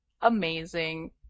amazing